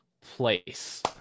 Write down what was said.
place